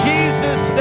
Jesus